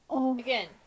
again